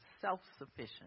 self-sufficient